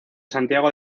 santiago